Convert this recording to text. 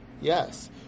yes